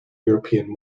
european